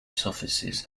surfaces